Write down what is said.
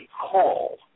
call